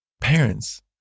parents